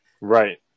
Right